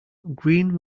green